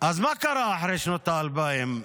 מה קרה אחרי שנות ה-2000?